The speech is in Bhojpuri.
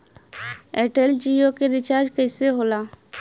एयरटेल जीओ के रिचार्ज कैसे होला?